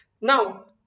Now